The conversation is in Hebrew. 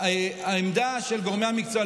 העמדה של גורמי המקצוע,